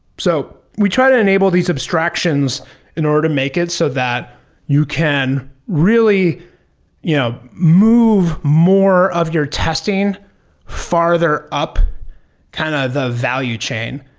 so we try to enable these abstractions in order to make it, so that you can really you know move more of your testing farther up kind of the value chain.